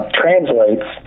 translates